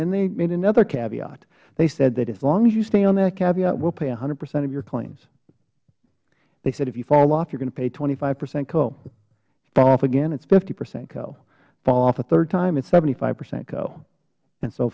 then they made another caveat they said that as long as you stay on that caveat we will pay one hundred percent of your claims they said if you fall off you are going to pay twenty five percent co fall off again it is fifty percent co fall off a third time it is seventy five percent co and so